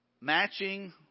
matching